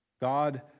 God